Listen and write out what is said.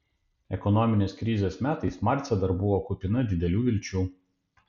ekonominės krizės metais marcė dar buvo kupina didelių vilčių